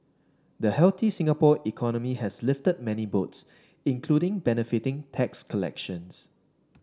the healthy Singapore economy has lifted many boats including benefiting tax collections